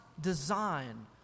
design